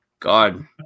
God